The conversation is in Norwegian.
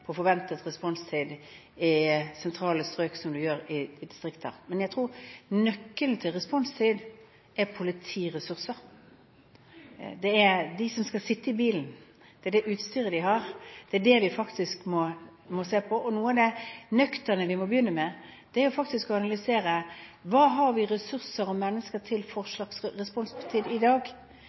forventet responstid i sentrale strøk som vi gjør i distriktene. Men jeg tror nøkkelen til responstid er politiressurser. Det er de som skal sitte i bilen og det utstyret de har, som vi faktisk må se på. Noe av det nøkterne vi må begynne med, er å analysere: Hva har vi av ressurser og mennesker med tanke på responstid i dag?